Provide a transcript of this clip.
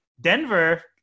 Denver